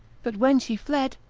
but when she fled,